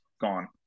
gone